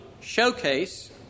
showcase